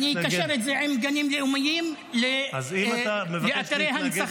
ואני אקשר את זה עם עניינים לאומיים ואתרי הנצחה.